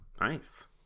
Nice